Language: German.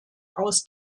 aus